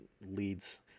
leads